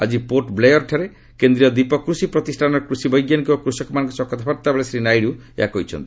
ଆକି ପୋଟ୍ବ୍ଲେୟାର୍ଠାରେ କେନ୍ଦ୍ରୀୟ ଦ୍ୱୀପ କୃଷି ପ୍ରତିଷ୍ଠାନର କୃଷି ବୈଜ୍ଞାନିକ ଓ କୃଷକମାନଙ୍କ ସହ କଥାବାର୍ତ୍ତା ବେଳେ ଶ୍ରୀ ନାଇଡୁ ଏହା କହିଛନ୍ତି